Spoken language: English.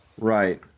Right